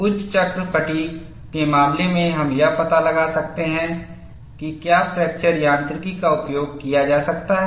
उच्च चक्र फ़ैटिग् के मामले में हम यह पता लगा सकते हैं कि क्या फ्रैक्चर यांत्रिकी का उपयोग किया जा सकता है